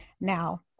Now